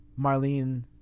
Marlene